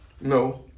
No